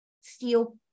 steel